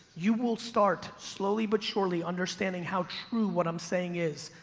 you will start slowly but surely understanding how true what i'm saying is.